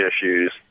issues